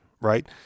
right